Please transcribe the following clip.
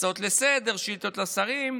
הצעות לסדר-היום, שאילתות לשרים.